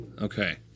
Okay